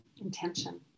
intention